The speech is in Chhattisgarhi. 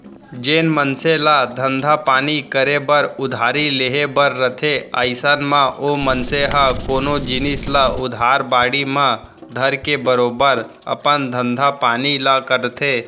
जेन मनसे ल धंधा पानी करे बर उधारी लेहे बर रथे अइसन म ओ मनसे ह कोनो जिनिस ल उधार बाड़ी म धरके बरोबर अपन धंधा पानी ल करथे